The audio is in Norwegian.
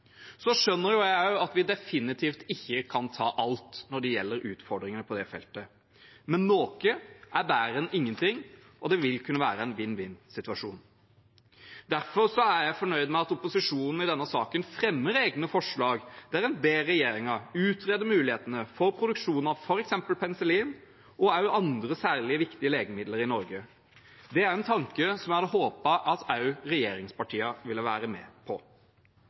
Så skjønner også jeg at vi definitivt ikke kan ta alt når det gjelder utfordringer på det feltet. Men noe er bedre enn ingenting, og det vil kunne være en vinn-vinn-situasjon. Derfor er jeg fornøyd med at opposisjonen i denne saken fremmer egne forslag der en ber regjeringen utrede mulighetene for produksjon av f.eks. penicillin, men også andre særlig viktige legemidler i Norge. Det er en tanke jeg hadde håpet at også regjeringspartiene ville være med på.